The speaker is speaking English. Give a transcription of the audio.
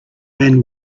man